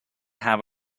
have